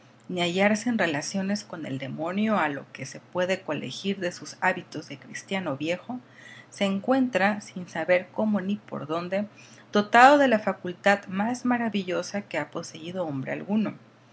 ni hallarse en relaciones con el demonio a lo que se puede colegir de sus hábitos de cristiano viejo se encuentra sin saber cómo ni por donde dotado de la facultad más maravillosa que ha poseído hombre alguno